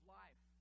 life